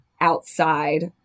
outside